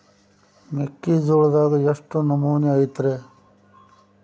ಮೆಕ್ಕಿಜೋಳದಾಗ ಎಷ್ಟು ನಮೂನಿ ಐತ್ರೇ?